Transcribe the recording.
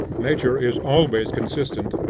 nature is always consistent,